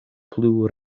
plu